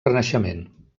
renaixement